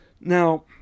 Now